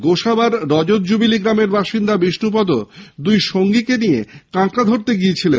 গোসাবার রজতজুবিলি গ্রামের বাসিন্দা বিষ্ণুপদ দুই সঙ্গীকে নিয়ে কাঁকড়া ধরতে গিয়েছিলেন